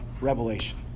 Revelation